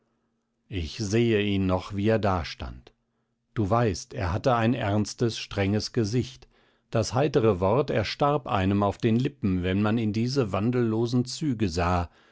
ich sehe ihn noch wie er dastand du weißt er hatte ein ernstes strenges gesicht das heitere wort erstarb einem auf den lippen wenn man in diese wandellosen züge sah